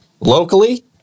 Locally